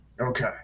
Okay